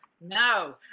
No